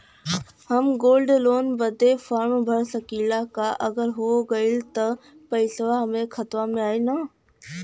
हम gold loan बड़े form भर सकी ला का अगर हो गैल त पेसवा हमरे खतवा में आई ना?